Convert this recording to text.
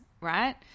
right